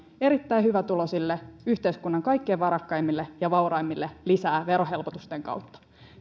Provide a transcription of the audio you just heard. erittäin hyvätuloisille yhteiskunnan kaikkein varakkaimmille ja vauraimmille lisää verohelpotusten kautta